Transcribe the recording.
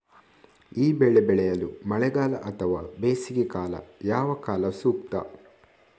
ಈ ಬೆಳೆ ಬೆಳೆಯಲು ಮಳೆಗಾಲ ಅಥವಾ ಬೇಸಿಗೆಕಾಲ ಯಾವ ಕಾಲ ಸೂಕ್ತ?